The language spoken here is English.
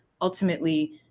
ultimately